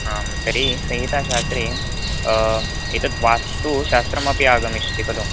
आं तर्हि संहिताशास्त्रे एतद् वास्तुशास्त्रमपि आगमिष्यति खलु